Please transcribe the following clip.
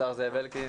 השר זאב אלקין,